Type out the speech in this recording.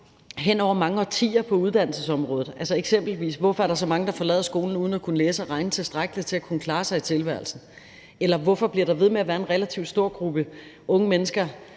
hen over mange årtier, eksempelvis: Hvorfor er der så mange, der forlader skolen uden at kunne læse og regne tilstrækkeligt til at kunne klare sig i tilværelsen? Eller hvorfor bliver der ved med at være en relativt stor gruppe unge mennesker